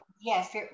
Yes